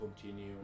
continue